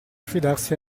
fidarsi